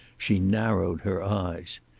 she narrowed her eyes.